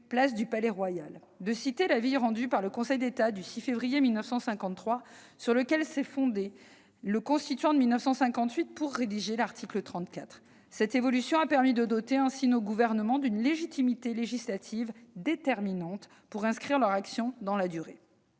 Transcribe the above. place du Palais-Royal, jusqu'à l'avis du Conseil d'État du 6 février 1953, sur lequel s'est fondé le Constituant de 1958 pour rédiger l'article 34 de la Constitution. Cette évolution a permis de doter nos gouvernements d'une légitimité législative déterminante pour inscrire leur action dans la durée.